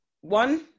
One